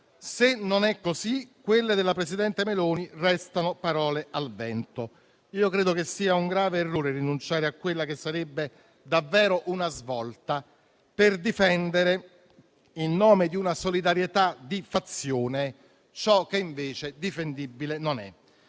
Se non è così, quelle della presidente Meloni restano parole al vento. Io credo che sia un grave errore rinunciare a quella che sarebbe davvero una svolta per difendere, in nome di una solidarietà di fazione, ciò che invece difendibile non è.